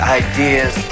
ideas